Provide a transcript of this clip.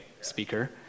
speaker